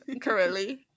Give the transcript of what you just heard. currently